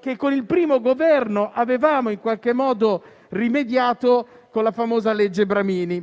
cui, con il primo Governo, avevamo in qualche modo rimediato con la famosa legge Bramini.